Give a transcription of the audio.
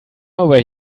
over